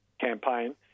campaign